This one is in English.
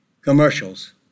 commercials